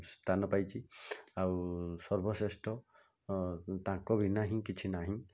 ସ୍ଥାନ ପାଇଛି ଆଉ ସର୍ବଶ୍ରେଷ୍ଠ ତାଙ୍କ ବିନା ହିଁ କିଛି ନାହିଁ